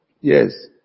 Yes